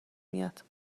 میاد